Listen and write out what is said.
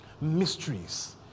Mysteries